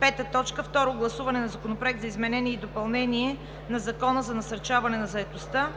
5. Второ гласуване на Законопроект за изменение и допълнение на Закона за насърчаване на заетостта.